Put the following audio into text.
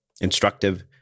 instructive